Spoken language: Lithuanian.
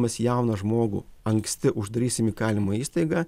mes jauną žmogų anksti uždarysim į įkalinimo įstaigą